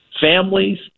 families